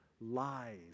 lies